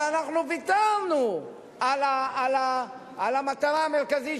אבל אנחנו ויתרנו על המטרה המרכזית,